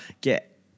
get